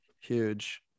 Huge